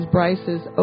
Bryce's